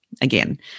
Again